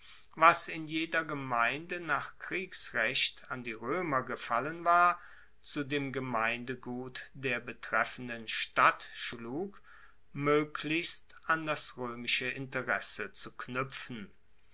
was in jeder gemeinde nach kriegsrecht an die roemer gefallen war zu dem gemeindegut der betreffenden stadt schlug moeglichst an das roemische interesse zu knuepfen